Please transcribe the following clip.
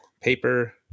paper